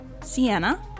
sienna